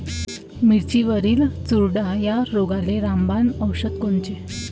मिरचीवरील चुरडा या रोगाले रामबाण औषध कोनचे?